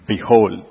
Behold